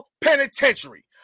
Penitentiary